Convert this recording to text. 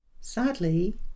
sadly